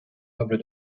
noble